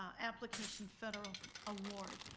um application federal award.